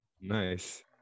Nice